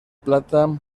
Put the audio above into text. plata